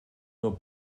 nur